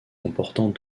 comportant